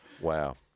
Wow